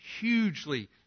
Hugely